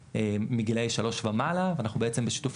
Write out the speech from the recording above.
מגילאי שלוש ומעלה ואנחנו בעצם בשיתוף,